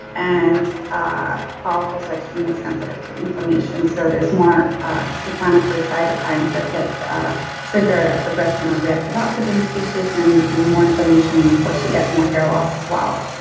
and ah follicles are extremely sensitive to inflammation. so there's more inflammatory cytokines that trigger a progression of reactive oxygen species and and more inflammation and, of course, you get more hair loss as well.